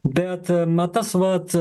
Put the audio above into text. bet ma tas vat